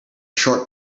short